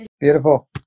Beautiful